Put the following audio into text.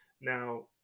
Now